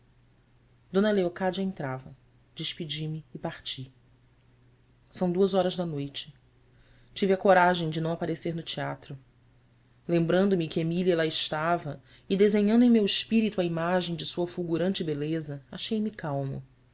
d leocádia entrava despedi-me e parti são duas horas da noite tive a coragem de não aparecer no teatro lembrando-me que emília lá estava e desenhando em meu espírito a imagem de sua fulgurante beleza achei-me calmo